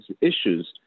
issues